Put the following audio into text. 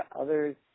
others